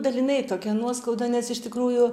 dalinai tokia nuoskauda nes iš tikrųjų